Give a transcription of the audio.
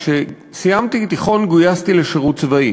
כשסיימתי תיכון גויסתי לשירות צבאי.